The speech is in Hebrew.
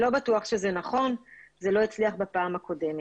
לא בטוח שזה נכון, זה לא הצליח בפעם הקודם.